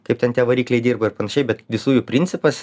kaip ten tie varikliai dirba ir panašiai bet visų jų principas